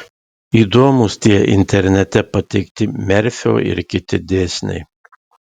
įdomūs tie internete pateikti merfio ir kiti dėsniai